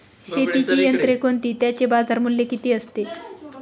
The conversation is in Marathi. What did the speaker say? शेतीची यंत्रे कोणती? त्याचे बाजारमूल्य किती असते?